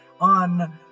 on